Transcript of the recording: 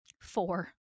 Four